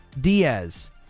Diaz